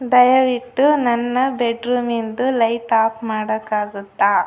ದಯವಿಟ್ಟು ನನ್ನ ಬೆಡ್ ರೂಮಿನದ್ದು ಲೈಟ್ ಆಫ್ ಮಾಡೋಕ್ಕಾಗುತ್ತಾ